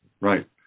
Right